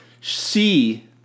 see